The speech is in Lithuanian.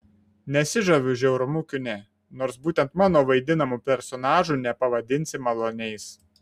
nesižaviu žiaurumu kine nors būtent mano vaidinamų personažų nepavadinsi maloniais